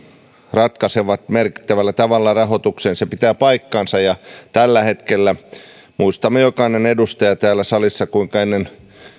ratkaisevat merkittävällä tavalla rahoituksen se pitää paikkansa ja tällä hetkellä muistamme jokainen edustaja täällä salissa kuinka aina ennen